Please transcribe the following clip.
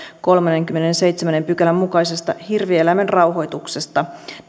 kolmannenkymmenennenseitsemännen pykälän mukaisesta hirvieläimen rauhoituksesta